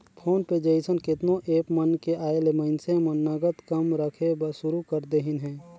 phone पे जइसन केतनो app मन के आयले मइनसे मन नगद कम रखे बर सुरू कर देहिन हे